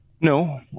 no